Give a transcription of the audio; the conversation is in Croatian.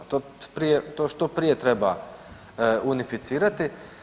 To što prije treba unificirati.